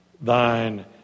thine